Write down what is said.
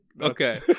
okay